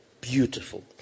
beautiful